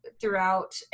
throughout